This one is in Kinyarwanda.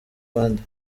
abandi